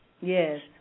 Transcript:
Yes